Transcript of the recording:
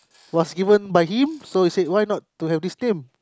was given by him so he said why not to have this name